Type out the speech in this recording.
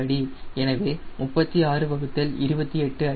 எனவே 36 வகுத்தல் 28 அடி